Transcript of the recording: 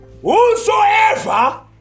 Whosoever